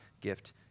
gift